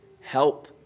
help